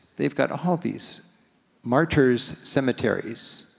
they've got all these martyrs' cemeteries.